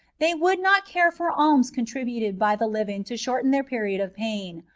they would not care for alms contributed by the living to shorten their period of pain,